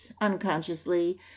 unconsciously